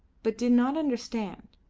but did not understand,